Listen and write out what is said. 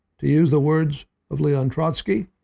to use the words of leon trotsky,